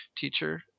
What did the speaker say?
teacher